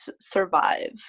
survive